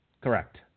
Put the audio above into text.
Correct